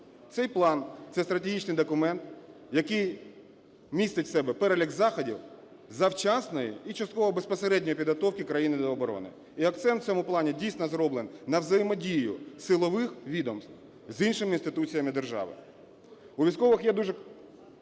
Цей план – це стратегічний документ, який містить в собі перелік заходів завчасної і частково безпосередньої підготовки країни до оборони. І акцент в цьому плані дійсно зроблений на взаємодії силових відомств з іншими інституціями держави.